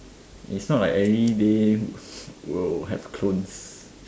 is not like everyday will have a clones